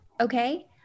okay